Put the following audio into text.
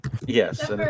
Yes